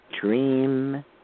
dream